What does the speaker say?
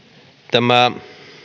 tämä